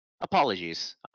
apologies